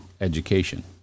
education